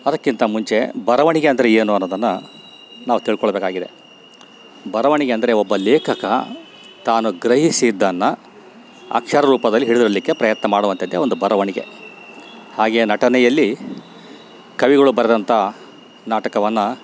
ಅದಕ್ಕಿಂತ ಮುಂಚೆ ಬರವಣಿಗೆ ಅಂದರೆ ಏನು ಅನ್ನೋದನ್ನು ನಾವು ತಿಳ್ಕೊಳ್ಬೇಕಾಗಿದೆ ಬರವಣಿಗೆ ಅಂದರೆ ಒಬ್ಬ ಲೇಖಕ ತಾನು ಗ್ರಹಿಸಿದ್ದನ್ನು ಅಕ್ಷರ ರೂಪದಲ್ಲಿ ಹಿಡಿದಿಡಲಿಕ್ಕೆ ಪ್ರಯತ್ನ ಮಾಡುವಂಥದ್ದೇ ಒಂದು ಬರವಣಿಗೆ ಹಾಗೆ ನಟನೆಯಲ್ಲಿ ಕವಿಗಳು ಬರೆದಂಥ ನಾಟಕವನ್ನು